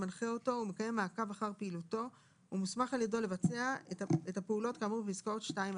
כלב נחייה או לגבי אדם המלווה בכלב נחייה בשל היותו מלווה בכלב נחייה.